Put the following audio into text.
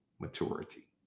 maturity